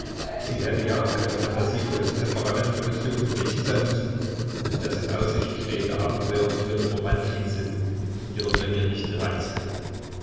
sie hätte ja auch kein phantasievolles temperamentvolles junges mädchen sein müssen wenn das in aussicht stehende abenteuer ihren romantischen sinn und ihre neugier nicht gereizt hätte